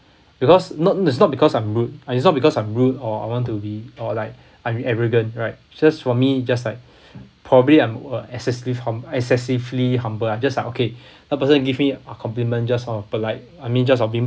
because not nec~ is not because I'm rude is not because I'm rude or I want to be or like I mean arrogant right just for me just like probably I'm uh excessively hum~ excessively humble I'll just like okay the person give me a compliment just out of polite I mean just something